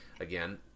again